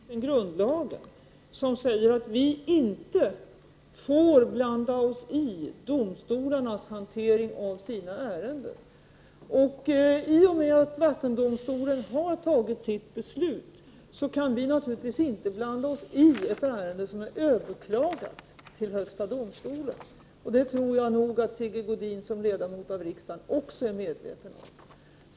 Herr talman! I den här frågan följer miljöoch energiministern grundlagen, som säger att vi inte får blanda oss i domstolarnas hantering av sina ärenden. I och med att vattendomstolen har fattat beslut kan vi inte blanda oss i ett ärende där man har överklagat till högsta domstolen. Jag tror att Sigge Godin som ledamot av riksdagen också är medveten om den saken.